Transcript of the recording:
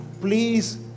Please